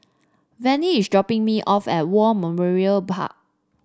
Vinnie is dropping me off at War Memorial Park